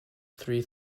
three